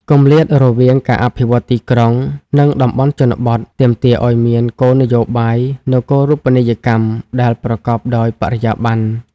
គម្លាតរវាងការអភិវឌ្ឍទីក្រុង និងតំបន់ជនបទ ទាមទារឱ្យមានគោលនយោបាយនគរូបនីយកម្មដែលប្រកបដោយបរិយាបន្ន។